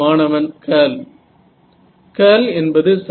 மாணவன் girl girl என்பது சரி